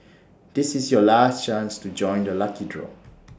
this is your last chance to join the lucky draw